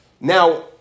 Now